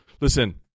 listen